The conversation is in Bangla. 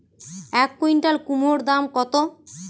এক কুইন্টাল কুমোড় দাম কত?